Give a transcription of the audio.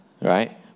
right